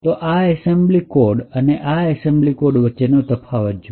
તો આ assembly code અને આ એસેમ્બલી કોડ વચ્ચેનો તફાવત જુઓ